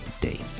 day